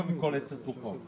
שבע מכל עשר תרופות.